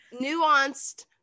nuanced